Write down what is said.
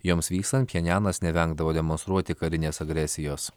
joms vykstant pchenjanas nevengdavo demonstruoti karinės agresijos